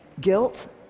Guilt